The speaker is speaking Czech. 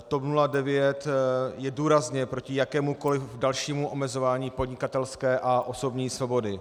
TOP 09 je důrazně proti jakémukoliv dalšímu omezování podnikatelské a osobní svobody.